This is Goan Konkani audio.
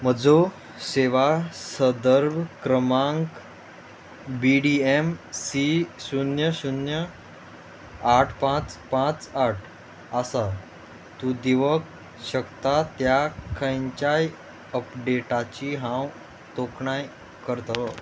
म्हजो सेवा सदर्भ क्रमांक बी डी एम सी शुन्य शुन्य आठ पांच पांच आठ आसा तूं दिवक शकता त्या खंयच्याय अपडेटाची हांव तोखणाय करतलो